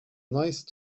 nice